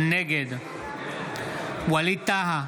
נגד ווליד טאהא,